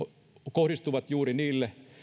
kohdistuvat juuri niille